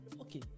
okay